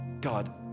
God